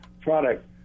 product